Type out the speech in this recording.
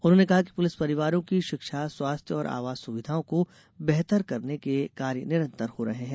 उन्होंने कहा कि पुलिस परिवारों की शिक्षा स्वास्थ्य और आवास सुविधाओं को बेहतर करने के कार्य निरंतर हो रहे हैं